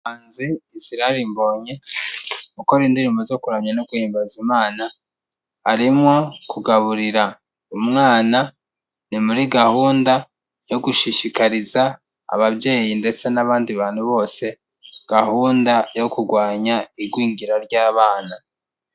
Umuhanzi Israel Mbonyi ukora indirimbo zo kuramya no guhimbaza Imana, arimo kugaburira umwana, ni muri gahunda yo gushishikariza ababyeyi ndetse n'abandi bantu bose gahunda yo kurwanya igwingira ry'abana.